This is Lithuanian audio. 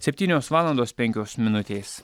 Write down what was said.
septynios valandos penkios minutės